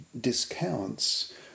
discounts